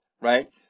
Right